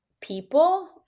people